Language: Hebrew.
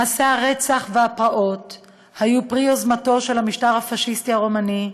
מעשי הרצח והפרעות היו פרי יוזמתו של המשטר הפאשיסטי הרומני,